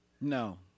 No